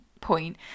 point